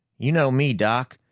you know me, doc.